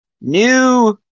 New